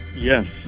Yes